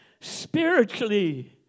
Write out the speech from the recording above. Spiritually